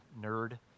nerd